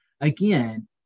Again